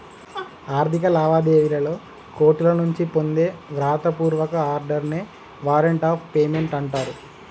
ఆర్థిక లావాదేవీలలో కోర్టుల నుంచి పొందే వ్రాత పూర్వక ఆర్డర్ నే వారెంట్ ఆఫ్ పేమెంట్ అంటరు